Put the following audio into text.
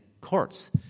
courts